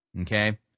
Okay